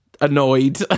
Annoyed